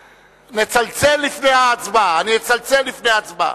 נצלצל לפני ההצבעה, אני אצלצל לפני ההצבעה.